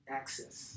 access